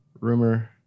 Rumor